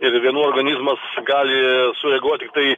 ir vienų organizmas gali sureaguot tiktai